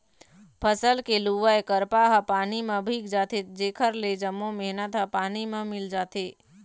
फसल के लुवाय करपा ह पानी म भींग जाथे जेखर ले जम्मो मेहनत ह पानी म मिल जाथे